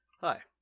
Hi